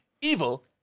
evil